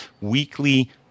weekly